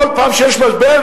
כל פעם שיש משבר,